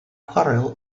chwarel